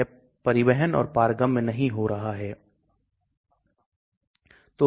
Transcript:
यदि आप LogD की गणना कर रहे हैं तो हमारे पास अंश में केवल एक शब्द होगा